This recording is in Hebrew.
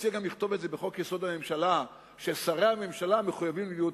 האם צריך לכתוב בחוק שכל נציגי המשרדים חייבים להיות נאמנים למדיניות